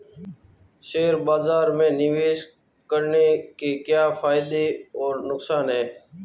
Share बाज़ार में निवेश करने के क्या फायदे और नुकसान हैं?